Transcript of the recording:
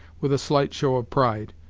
with a slight show of pride,